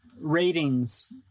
ratings